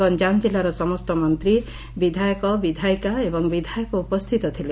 ଗଞ୍ଞାମ ଜିଲ୍ଲାର ସମସ୍ତ ମନ୍ତୀବିଧାୟକ ବିଧାୟିକା ଏବଂ ବିଧାୟକ ଉପସ୍ଥିତ ଥିଲେ